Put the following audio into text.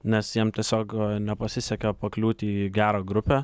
nes jiem tiesiog nepasisekė pakliūti į gerą grupę